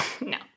No